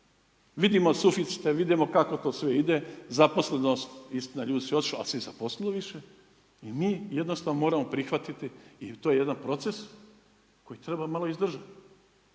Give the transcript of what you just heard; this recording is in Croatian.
Vidimo suficite, vidimo kako to sve ide. Zaposlenost, istina ljudi su otišli, ali se i zaposlilo više. I mi jednostavno moramo prihvatiti i to je jedan proces koji treba malo izdržati.